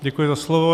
Děkuji za slovo.